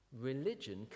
Religion